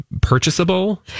purchasable